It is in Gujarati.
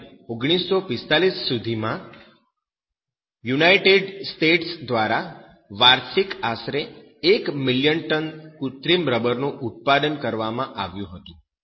અને 1945 સુધીમાં યુનાઈટેડ સ્ટેટ્સ દ્વારા વાર્ષિક આશરે 1 મિલિયન ટન કૃત્રિમ રબરનું ઉત્પાદન કરવામાં આવતું હતું